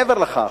מעבר לכך,